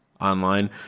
online